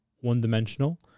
one-dimensional